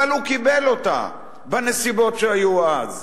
אבל הוא קיבל אותה בנסיבות שהיו אז.